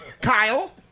Kyle